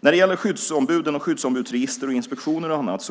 Det talades om skyddsombud, skyddsombudsregister, inspektioner och annat.